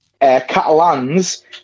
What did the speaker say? Catalans